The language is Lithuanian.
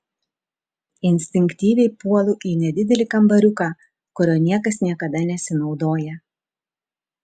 instinktyviai puolu į nedidelį kambariuką kuriuo niekas niekada nesinaudoja